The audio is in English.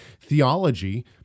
theology